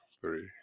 three